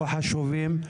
כה חשובים,